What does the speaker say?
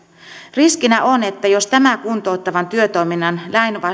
riskinä on että jos tämän kuntouttavan työtoiminnan